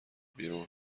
بیرون